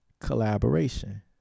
collaboration